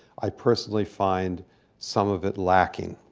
i personally find some of it lacking.